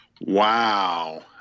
Wow